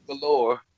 galore